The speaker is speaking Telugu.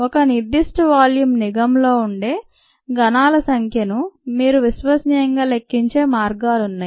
ఒక నిర్ధిష్ట వాల్యూం నిఘంలో ఉండే కణాల సంఖ్యను మీరు విశ్వసనీయంగా లెక్కించే మార్గాలున్నాయి